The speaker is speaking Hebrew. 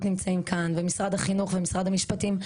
נמצאים כאן ומשרד החינוך ומשרד המשפטים,